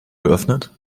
geöffnet